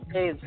Hey